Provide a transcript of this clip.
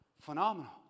phenomenal